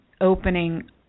opening